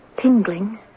tingling